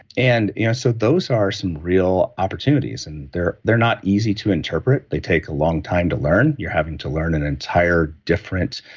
and you know so, those are some real opportunities. and they're they're not easy to interpret. they take a long time to learn. you're having to learn an entire different